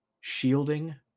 shielding